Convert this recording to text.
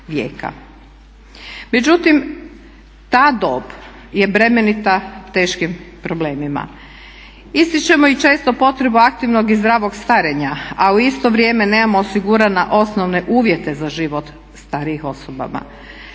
Međutim, ta dob je bremenita teškim problemima. Ističemo i često potrebu aktivnog i zdravog starenja, a u isto vrijeme nemamo osigurane osnovne uvijete za život starijim osobama.